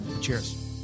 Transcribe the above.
cheers